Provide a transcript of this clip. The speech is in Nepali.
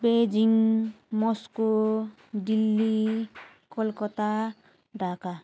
Beijing Moscow Delhi Kolkata Dhaka